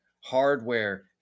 hardware